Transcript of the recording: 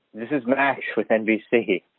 this is max with nbc.